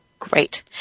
Great